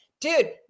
Dude